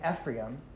Ephraim